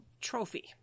trophy